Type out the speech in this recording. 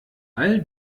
all